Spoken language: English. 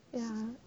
ya